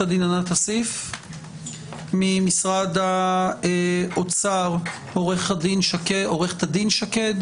הדין ענת אסיף; ממשרד האוצר עורכת הדין שקד